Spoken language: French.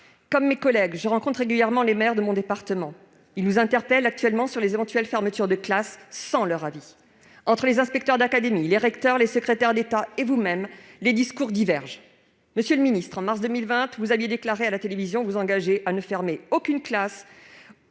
Comme mes collègues, je rencontre régulièrement les maires de mon département. Ils nous interpellent actuellement sur d'éventuelles fermetures de classes qui interviendraient sans leur avis. Entre les inspecteurs d'académie, les recteurs, les secrétaires d'État et vous-même, les discours divergent. Monsieur le ministre, au mois de mars 2020, vous avez déclaré à la télévision vous engager à ne fermer aucune classe